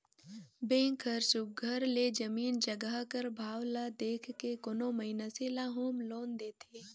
bank हर सुग्घर ले जमीन जगहा कर भाव ल देख के कोनो मइनसे ल होम लोन देथे